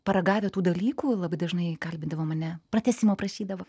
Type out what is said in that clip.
paragavę tų dalykų labai dažnai kalbindavo mane pratęsimo prašydavo